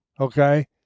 okay